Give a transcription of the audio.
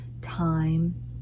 time